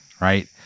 right